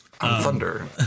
Thunder